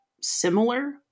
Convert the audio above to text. similar